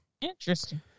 interesting